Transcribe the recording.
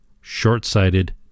short-sighted